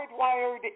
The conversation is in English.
hardwired